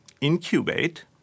incubate